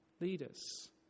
leaders